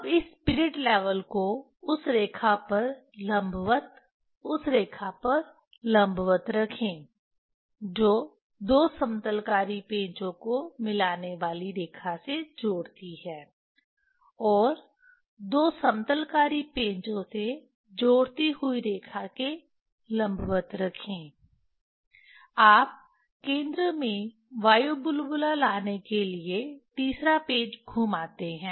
अब इस spirit level को उस रेखा पर लंबवत उस रेखा पर लंबवत रखें जो दो समतलकारी पेंचो को मिलाने वाली रेखा से जुड़ती है और दो समतलकारी पेंचो से जोड़ती हुई रेखा के लंबवत रखें आप केंद्र में वायु बुलबुला लाने के लिए तीसरा पेच घुमाते हैं